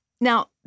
Now